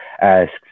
asks